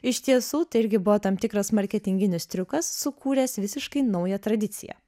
iš tiesų tai irgi buvo tam tikras marketinginis triukas sukūręs visiškai naują tradiciją